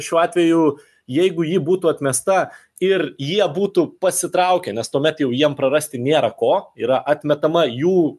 šiuo atveju jeigu ji būtų atmesta ir jie būtų pasitraukę nes tuomet jau jiem prarasti nėra ko yra atmetama jų